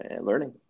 Learning